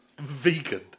Vegan